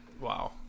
Wow